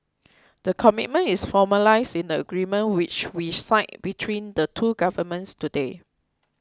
the commitment is formalised in the agreement which we signed between the two governments today